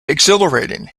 exhilarating